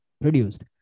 produced